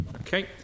Okay